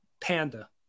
Panda